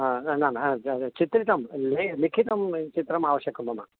ह न न चित्रितं ले लिखितम् चित्रम् आवश्यकं मम